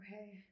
okay